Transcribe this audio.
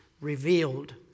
revealed